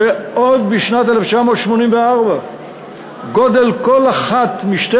שעוד בשנת 1984 היה גודל כל אחת משתי